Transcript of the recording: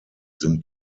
sind